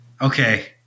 okay